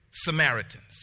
Samaritans